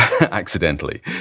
accidentally